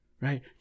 Right